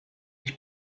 ich